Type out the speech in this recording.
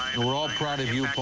and we're all proud of you,